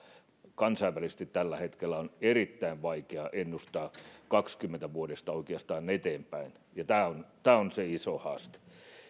kansainvälisesti tällä hetkellä on erittäin vaikea ennustaa oikeastaan kaksikymmentä vuodesta eteenpäin ja tämä on tämä on se iso haaste